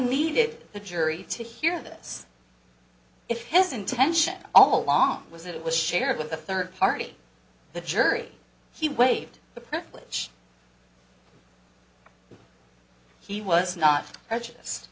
needed the jury to hear this if his intention all along was it was shared with a third party the jury he waived the privilege he was not prejudice